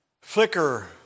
flicker